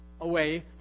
away